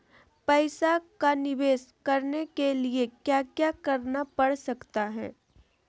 पैसा का निवेस करने के लिए क्या क्या करना पड़ सकता है?